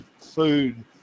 food